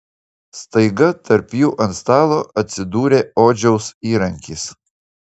staiga tarp jų ant stalo atsidūrė odžiaus įrankis